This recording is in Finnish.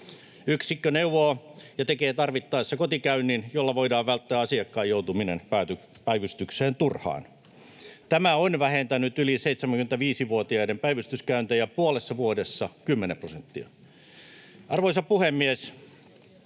Yksikkö neuvoo ja tekee tarvittaessa kotikäynnin, jolla voidaan välttää asiakkaan joutuminen päivystykseen turhaan. Tämä on vähentänyt yli 75-vuotiaiden päivystyskäyntejä puolessa vuodessa kymmenen prosenttia. Arvoisa puhemies!